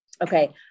okay